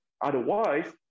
Otherwise